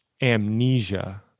amnesia